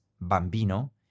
bambino